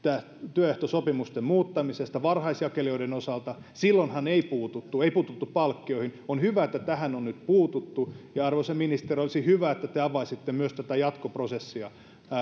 työehtosopimusten muuttamisesta varhaisjakelijoiden osalta silloinhan ei puututtu ei puututtu palkkioihin on hyvä että tähän on nyt puututtu ja arvoisa ministeri olisi hyvä että te avaisitte myös tätä jatkoprosessia